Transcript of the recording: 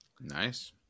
Nice